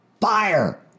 fire